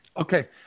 Okay